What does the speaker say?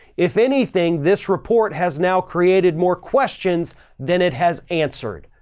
if anything, this report has now created more questions than it has answered.